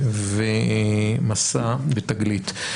'מסע' ו'תגלית'.